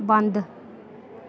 बन्द